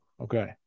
Okay